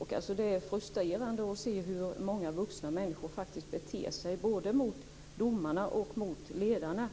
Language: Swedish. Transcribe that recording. upplevt det som frustrerande att se hur många vuxna människor faktiskt beter sig både mot domarna och mot ledarna.